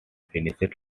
finished